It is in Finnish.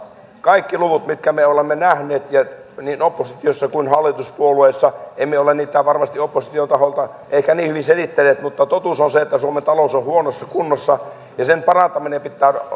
kaikki luvut mitkä me olemme nähneet niin oppositiossa kuin hallituspuolueissa emme ole niitä varmasti opposition taholta ehkä niin hyvin selittäneet mutta totuus on se että suomen talous on huonossa kunnossa ja sen parantaminen pitää ottaa todesta